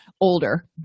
older